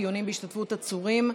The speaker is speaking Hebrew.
דיונים בהשתתפות עצורים,